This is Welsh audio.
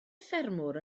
ffermwr